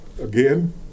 again